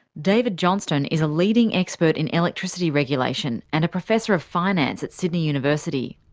david johnstone is a leading expert in electricity regulation, and a professor of finance at sydney university.